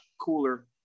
cooler